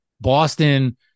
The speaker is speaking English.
Boston